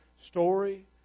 story